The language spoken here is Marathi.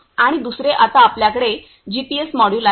आणि दुसरे आता आपल्याकडे जीपीएस मॉड्यूल आहे